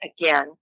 again